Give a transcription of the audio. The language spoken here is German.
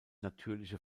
natürliche